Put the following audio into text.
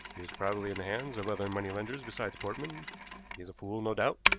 he is probably in the hands of other money-lenders besides portman he is a fool no doubt,